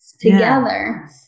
together